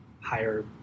higher